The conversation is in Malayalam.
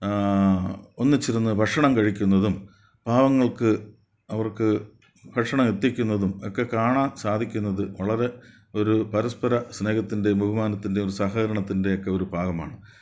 ഒന്നിച്ചിരുന്നു ഭക്ഷണം കഴിക്കുന്നതും പാവങ്ങൾക്ക് അവർക്ക് ഭക്ഷണം എത്തിക്കുന്നതും ഒക്കെ കാണാൻ സാധിക്കുന്നതു വളരെ ഒരു പരസ്പര സ്നേഹത്തിൻ്റെയും ബഹുമാനത്തിൻ്റെയും സഹകരണത്തിൻ്റെയൊക്കെ ഒരു ഭാഗമാണ്